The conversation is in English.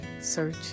search